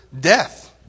death